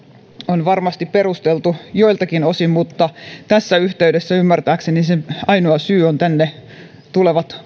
on varmasti perusteltu joiltakin osin mutta tässä yhteydessä ymmärtääkseni sen ainoa syy ovat tänne tulevat